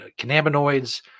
cannabinoids